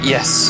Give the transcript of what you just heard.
Yes